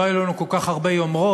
לא היו לנו כל כך הרבה יומרות